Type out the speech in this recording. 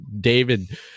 David